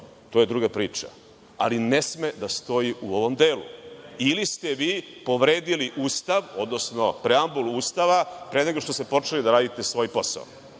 to je druga priča, ali ne sme da stoji u ovom delu, ili ste vi povredili Ustav, odnosno preambulu Ustava, pre nego što ste počeli da radite svoj posao.